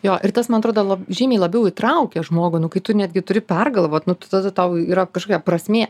jo ir tas man atrodo lab žymiai labiau įtraukia žmogų nu kai tu netgi turi pergalvot nu tada tau yra kažkokia prasmė